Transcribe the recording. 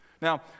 Now